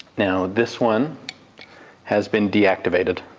now this one has been deactivated.